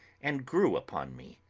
and grew upon me.